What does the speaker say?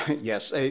yes